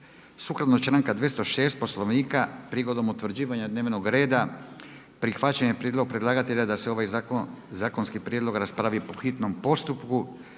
Sukladno članku 206. Poslovnika prigodom utvrđivanja dnevnog reda prihvaćen je prijedlog predlagatelja da se ovaj zakonski prijedlog raspravi po hitnom postupku,